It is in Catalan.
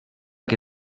que